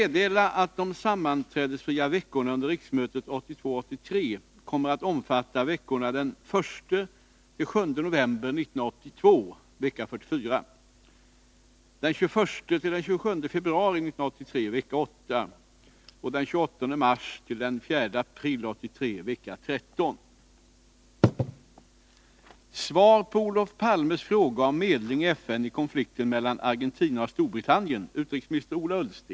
De sammanträdesfria veckorna under riksmötet 1982/83 kommer att omfatta veckorna den 1-7 november 1982 , den 21-27 februari 1983 och den 28 mars-den 4 april 1983 .